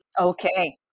Okay